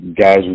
guys